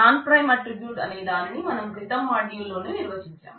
non prime attribute అనే దానిని మనం క్రితం మాడ్యూల్లోనే నిర్వచించాం